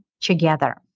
together